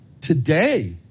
today